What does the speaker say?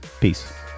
peace